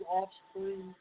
offspring